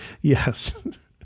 yes